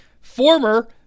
former